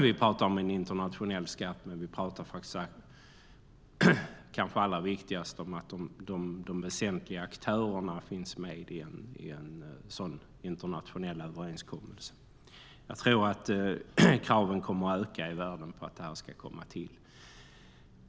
Vi pratar om en internationell skatt, men kanske allra viktigast är att de väsentliga aktörerna finns med i en sådan internationell överenskommelse. Jag tror att kraven kommer att öka i världen på att detta ska komma till.